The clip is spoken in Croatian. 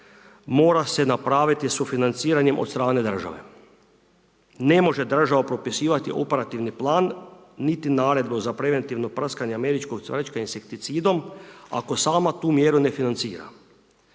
mora se napraviti sufinanciranjem od strane države. Ne može država propisivati operativni plan, niti naredbu za preventivno prskanje američkog cvrčka insekticidom, ako sama tu mjeru ne financira.